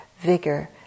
vigor